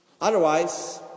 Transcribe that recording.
Otherwise